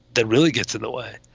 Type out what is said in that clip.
that really gets in the way.